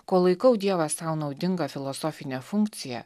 kol laikau dievą sau naudinga filosofine funkcija